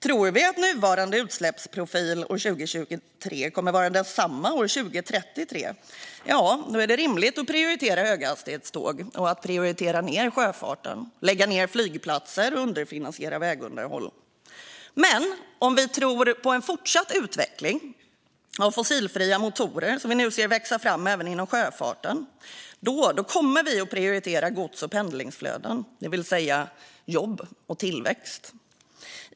Om man tror att nuvarande utsläppsprofil 2023 kommer att vara densamma år 2033 är det rimligt att prioritera upp höghastighetståg, prioritera ned sjöfarten, lägga ned flygplatser och underfinansiera vägunderhåll. Men eftersom vi tror på en fortsatt utveckling av fossilfria motorer, som vi nu ser växa fram även inom sjöfarten, kommer vi att prioritera gods och pendlingsflöden, det vill säga jobb och tillväxt.